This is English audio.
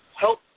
help